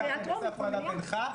הולכת להיות פה תופעה מדהימה,